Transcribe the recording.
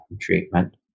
treatment